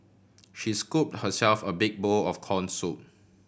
she scoop herself a big bowl of corn soup